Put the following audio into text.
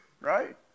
right